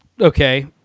Okay